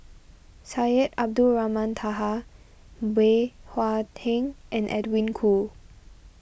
Syed Abdulrahman Taha Bey Hua Heng and Edwin Koo